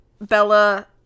Bella